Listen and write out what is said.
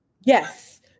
Yes